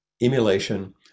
emulation